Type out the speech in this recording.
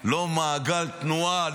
לא מעגל תנועה,